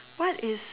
what is